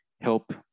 help